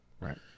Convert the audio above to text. Right